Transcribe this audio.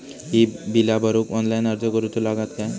ही बीला भरूक ऑनलाइन अर्ज करूचो लागत काय?